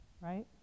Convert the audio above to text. Right